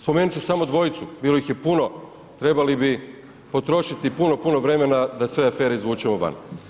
Spomenuti ću samo dvojcu, bilo ih je puno, trebali bi potrošiti puno, puno vremena da sve afere izvučemo van.